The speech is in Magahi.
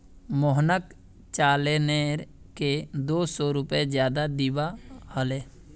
मोहनक चालानेर के दो सौ रुपए ज्यादा दिबा हले